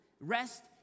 Rest